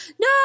no